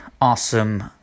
awesome